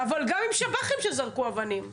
אבל גם עם שב"חים שזרקו אבנים.